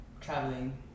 traveling